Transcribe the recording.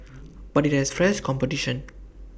but IT has fresh competition